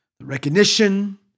recognition